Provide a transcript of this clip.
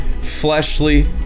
fleshly